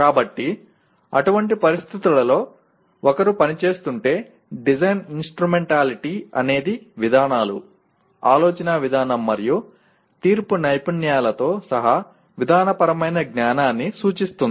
కాబట్టి అటువంటి పరిస్థితిలో ఒకరు పనిచేస్తుంటే డిజైన్ ఇన్స్ట్రుమెంటాలిటీ అనేది విధానాలు ఆలోచనా విధానం మరియు తీర్పు నైపుణ్యాలతో సహా విధానపరమైన జ్ఞానాన్ని సూచిస్తుంది